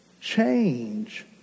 Change